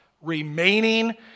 remaining